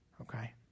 okay